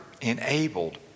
enabled